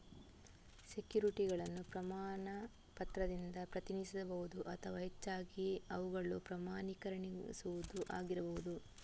ಸೆಕ್ಯುರಿಟಿಗಳನ್ನು ಪ್ರಮಾಣ ಪತ್ರದಿಂದ ಪ್ರತಿನಿಧಿಸಬಹುದು ಅಥವಾ ಹೆಚ್ಚಾಗಿ ಅವುಗಳು ಪ್ರಮಾಣೀಕರಿಸದವುಗಳು ಆಗಿರಬಹುದು